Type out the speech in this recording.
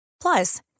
Plus